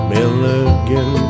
Milligan